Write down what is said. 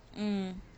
mm